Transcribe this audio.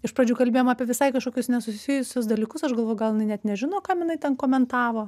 iš pradžių kalbėjom apie visai kažkokius nesusijusius dalykus aš galvoju gal jinai net nežino kam jinai ten komentavo